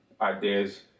ideas